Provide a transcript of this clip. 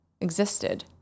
existed